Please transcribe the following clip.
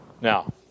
Now